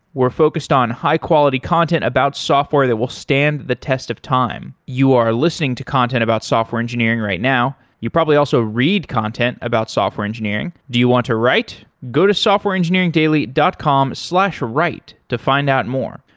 we're focused on high-quality content about software that will stand the test of time. you are listening to content about software engineering right now, you probably also read content about software engineering. do you want to write? go to softwareengineeringdaily dot com slash write to find out more.